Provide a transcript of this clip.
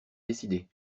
décidé